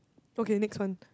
okay next one